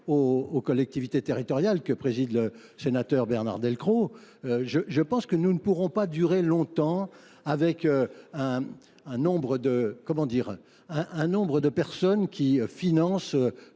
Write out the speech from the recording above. aux collectivités territoriales que préside le sénateur Bernard Delcroc. Je pense que nous ne pourrons pas durer longtemps avec un nombre de personnes qui financent